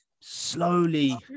slowly